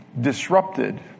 disrupted